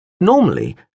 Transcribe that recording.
Normally